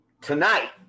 tonight